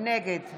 נגד